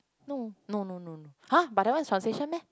no no no no no !huh! but that one is translation meh